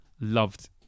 loved